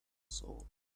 soul